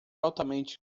altamente